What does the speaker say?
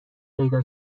پیدا